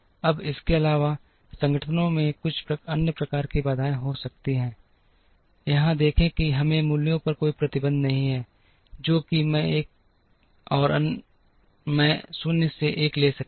अब इसके अलावा संगठनों में कुछ अन्य प्रकार की बाधाएं हो सकती हैं यहां देखें कि हमें मूल्यों पर कोई प्रतिबंध नहीं है जो कि मैं और मैं शून्य से 1 ले सकते हैं